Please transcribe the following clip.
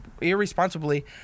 irresponsibly